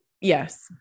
Yes